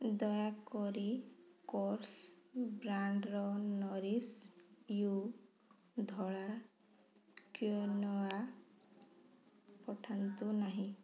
ଦୟାକରି କୋର୍ସ୍ ବ୍ରାଣ୍ଡ୍ର ନୋରିଶ୍ ୟୁ ଧଳା କ୍ୱିନୋଆ ପଠାନ୍ତୁ ନାହିଁ